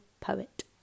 Poet